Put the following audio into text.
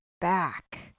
back